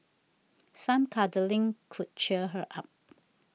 some cuddling could cheer her up